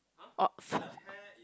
ox